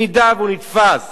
אם הוא נתפס